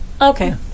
Okay